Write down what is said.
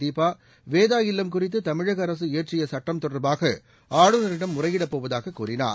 தீபா வேதா இல்லம் குறித்து தமிழக அரசு இயற்றிய சுட்டம் தொடர்பாக ஆளுநரிடம் முறையிடப்போவதாக கூறினார்